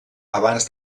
abans